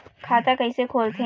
खाता कइसे खोलथें?